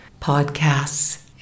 podcasts